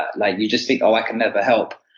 ah like you just think, oh i can never help.